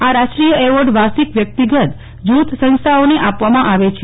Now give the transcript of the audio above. આ રાષ્ટ્રીય એવોર્ડ વાર્ષિક વ્યક્તિગતજુથસંસ્થાઓને આપવામાં આવે છે